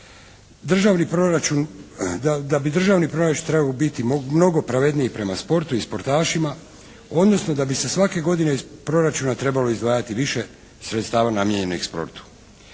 da bi državni proračun trebao biti mnogo pravedniji prema sportu i sportašima, odnosno da bi se svake godine iz proračuna trebalo izdvajati više sredstava namijenjenih sportu.